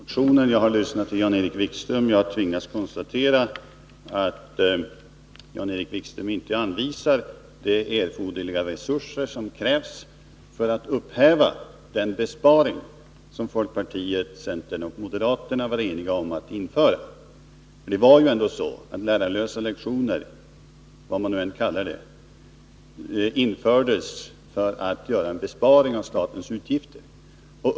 Herr talman! Jag har läst partimotionen, jag har lyssnat till Jan-Erik Wikström, och jag har tvingats konstatera att Jan-Erik Wikström inte anvisar de erforderliga resurser som krävs för att upphäva den besparing som folkpartiet, centern och moderaterna var eniga om att införa. Det var ändå på det sättet att lärarlösa lektioner — vad man än kallar dem — infördes för att göra en besparing av statens utgifter.